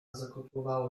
zakotłowało